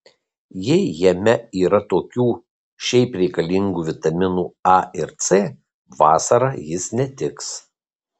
jei jame yra tokių šiaip reikalingų vitaminų a ir c vasarą jis netiks